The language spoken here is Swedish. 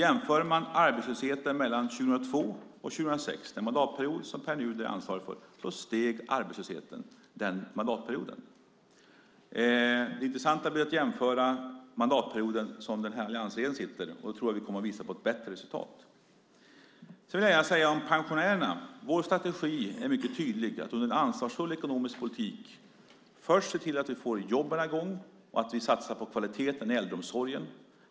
Om man jämför arbetslösheten mellan 2002 och 2006 - den mandatperiod som Pär Nuder är ansvarig för - ser man att arbetslösheten steg. Det intressanta blir att jämföra med den mandatperiod som alliansregeringen sitter. Jag tror att vi kommer att visa på ett bättre resultat. När det gäller pensionärerna är vår strategi mycket tydlig: Under en ansvarsfull ekonomisk politik ska vi först se till att få jobben i gång och satsa på kvaliteten i äldreomsorgen.